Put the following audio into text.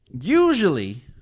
Usually